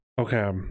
Okay